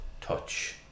touch